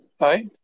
hi